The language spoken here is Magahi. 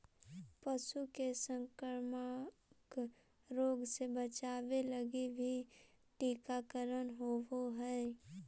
पशु के संक्रामक रोग से बचावे लगी भी टीकाकरण होवऽ हइ